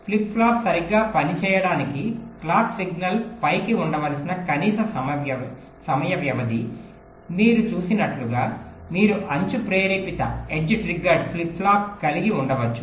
flip flop సరిగ్గా పనిచేయడానికి clock signal పైకి ఉండవలసిన కనీస సమయ వ్యవధి మీరు చూసినట్లుగా మీరు అంచు ప్రేరేపిత ఫ్లిప్ ఫ్లాప్ కలిగి ఉండవచ్చు